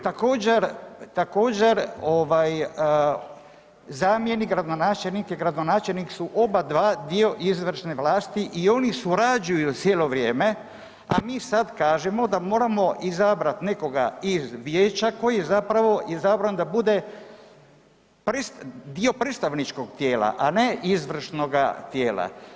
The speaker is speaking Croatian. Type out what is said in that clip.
Također, također ovaj zamjenik gradonačelnika i gradonačelnik su obadva dio izvršne vlasti i oni surađuju cijelo vrijeme, a mi sad kažemo da moramo izabrat nekoga iz vijeća koji je zapravo izabran da bude dio predstavničkog tijela, a ne izvršnoga tijela.